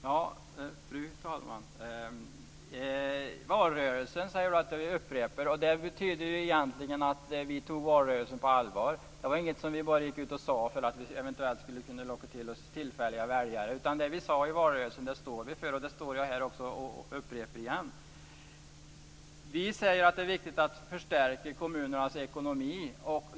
Fru talman! Tomas Högström säger att jag upprepar valrörelsen. Det betyder egentligen att vi tog valrörelsen på allvar. Det var inget som vi bara gick ut och sade för att vi eventuellt skulle kunna locka till oss tillfälliga väljare. Det vi sade i valrörelsen står vi för, och det upprepar jag också här. Vi säger att det är viktigt att förstärka kommunernas ekonomi.